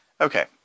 Okay